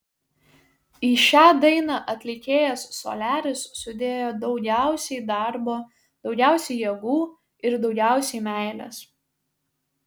į šią dainą atlikėjas soliaris sudėjo daugiausiai darbo daugiausiai jėgų ir daugiausiai meilės